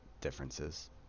differences